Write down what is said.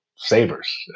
savers